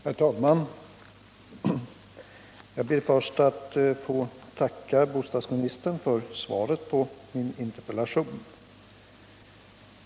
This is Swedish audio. Herr talman! Jag ber att först få tacka bostadsministern för svaret på min interpellation.